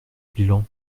bilan